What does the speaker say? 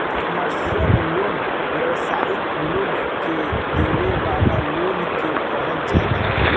commercial loan व्यावसायिक लोग के देवे वाला लोन के कहल जाला